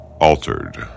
altered